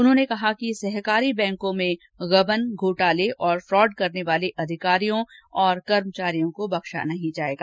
उन्होंने कहा कि सहकारी बैंकों में गबन घोटाले और फ्रॉड करने वाले अधिकारियों और कर्मचारियों को बख्शा नहीं जायेगा